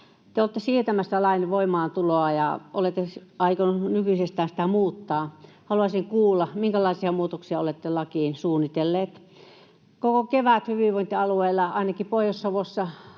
Te olette siirtämässä lain voimaantuloa, ja olette aikoneet nykyisestään sitä muuttaa. Haluaisin kuulla, minkälaisia muutoksia olette lakiin suunnitelleet. Koko kevät on hyvinvointialueilla, ainakin Pohjois-Savossa,